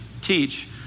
teach